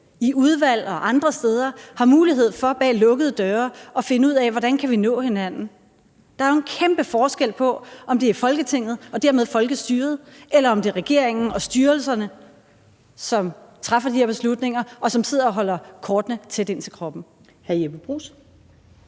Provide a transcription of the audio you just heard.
i udvalg og andre steder har mulighed for bag lukkede døre at finde ud af, hvordan vi kan nå hinanden. Der er jo en kæmpe forskel på, om det er Folketinget og dermed folkestyret, eller om det er regeringen og styrelserne, som træffer de her beslutninger, og som sidder og holder kortene tæt ind til kroppen.